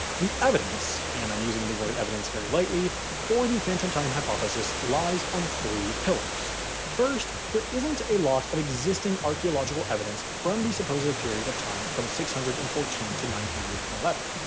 the evidence and i'm using the word evidence very lightly for the phantom time hypothesis lies on three pillars first, there isn't a lot of existing archaeological evidence from the supposed period of time from six hundred and fourteen to nine hundred and eleven.